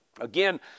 Again